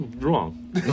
wrong